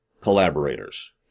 collaborators